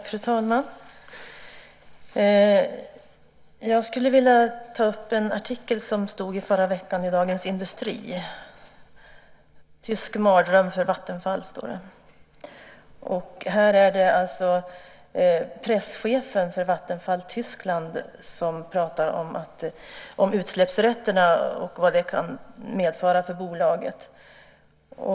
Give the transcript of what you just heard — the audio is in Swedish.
Fru talman! Jag skulle vilja ta upp en artikel som stod i förra veckan i Dagens Industri. "Tysk mardröm för Vattenfall", står det. Det är presschefen för Vattenfall i Tyskland som talar om utsläppsrätterna och vad de kan medföra för bolaget.